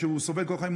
הוא סובל כל החיים,